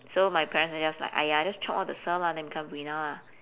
so my parents are just like !aiya! just chop off the sa lah then become brina lah